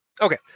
okay